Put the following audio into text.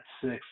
six